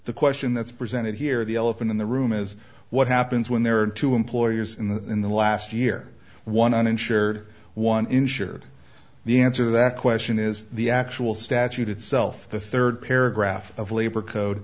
the question that's presented here the elephant in the room is what happens when there are two employers in the in the last year one uninsured one insured the answer that question is the actual statute itself the third paragraph of labor code